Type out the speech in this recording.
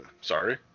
Sorry